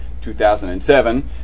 2007